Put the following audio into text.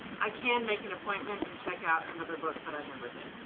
i can make an appointment and check out another book but i never did.